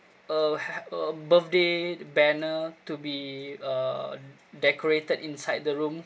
a ha~ a birthday banner to be uh decorated inside the room